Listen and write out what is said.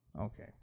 Okay